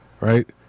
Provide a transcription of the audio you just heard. Right